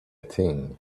thing